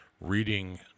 reading